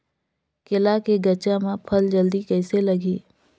केला के गचा मां फल जल्दी कइसे लगही?